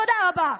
תודה רבה.